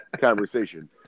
conversation